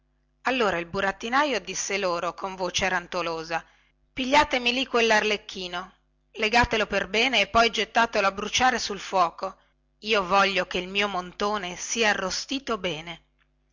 allora il burattinaio disse loro con voce rantolosa pigliatemi lì quellarlecchino legatelo ben bene e poi gettatelo a bruciare sul fuoco io voglio che il mio montone sia arrostito bene